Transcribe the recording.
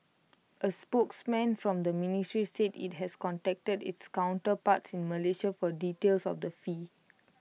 A spokesman from the ministry said IT has contacted its counterparts in Malaysia for details of the fee